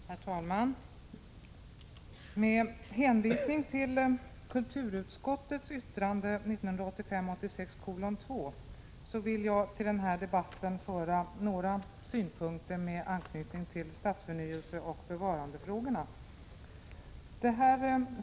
Herr talman! Med hänvisning till kulturutskottets yttrande 1985/86:2 vill jag tillföra denna debatt några synpunkter med anknytning till stadsförnyelseoch bevarandefrågorna.